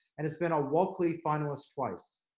and has been a walkley finalist twice.